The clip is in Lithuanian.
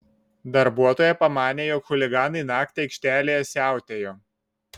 darbuotoja pamanė jog chuliganai naktį aikštelėje siautėjo